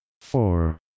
four